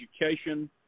Education